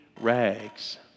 rags